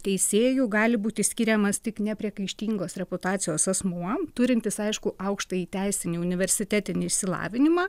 teisėju gali būti skiriamas tik nepriekaištingos reputacijos asmuo turintis aiškų aukštąjį teisinį universitetinį išsilavinimą